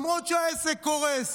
למרות שהעסק קורס,